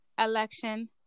election